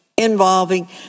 involving